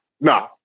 No